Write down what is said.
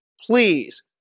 please